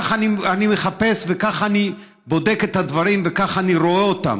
כך אני מחפש וכך אני בודק את הדברים וכך אני רואה אותם,